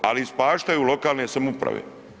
Ali ispaštaju lokalne samouprave.